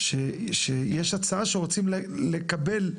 שיש הצעה שרוצים לקבל,